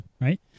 Right